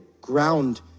ground